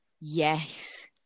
Yes